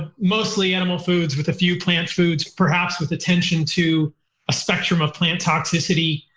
ah mostly animal foods with a few plant foods, perhaps with attention to a spectrum of plant toxicity,